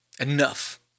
enough